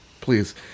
Please